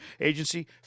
Agency